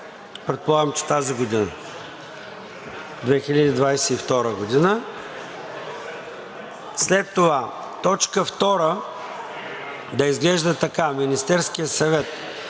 Предполагам, че тази година – 2022 г. След това точка втора да изглежда така: „Министерският съвет